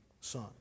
son